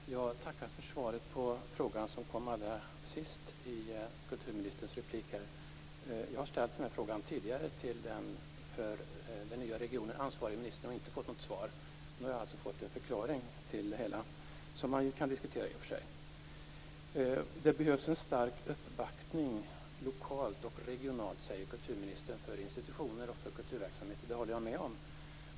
Fru talman! Jag tackar för svaret på frågan som kom allra sist i kulturministerns inlägg. Jag har ställt denna fråga tidigare till den för den nya regionen ansvarige ministern men inte fått något svar. Nu har jag alltså fått en förklaring till det hela, som man ju kan diskutera i och för sig. Det behövs en stark uppbackning lokalt och regionalt för institutioner och för kulturverksamhet, säger kulturministern, och det håller jag med om.